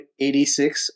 86